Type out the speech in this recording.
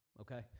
Okay